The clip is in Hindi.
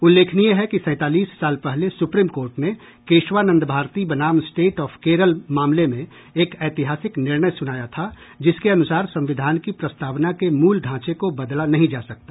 उल्लेखनीय है कि सैंतालीस साल पहले सुप्रीम कोर्ट ने केशवानंद भारती बनाम स्टेट ऑफ केरल मामले में एक ऐतिहासिक निर्णय सुनाया था जिसके अनुसार संविधान की प्रस्तावना के मूल ढांचे को बदला नहीं जा सकता